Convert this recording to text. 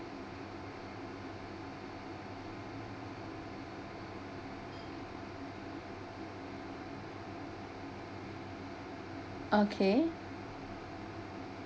okay